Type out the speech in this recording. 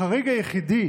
החריג היחידי